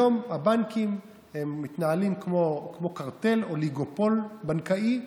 היום הבנקים מתנהלים כמו קרטל, אוליגופול בנקאי.